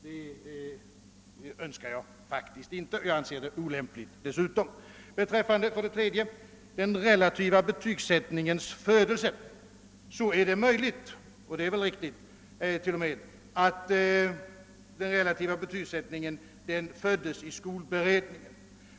Det önskar jag faktiskt inte, och något sådant anser jag dessutom vara olämpligt. För det tredje är det väl beträffande den relativa betygssättningens födelse både möjligt och riktigt, att den relativa betygssättningen föddes i skolbered ningen.